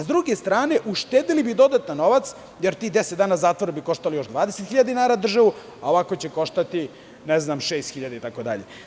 Sa druge strane, uštedeli bi dodatan novac, jer tih 10 dana zatvora bi koštali još 20.000 dinara državu, a ovako će koštati 6.000 itd.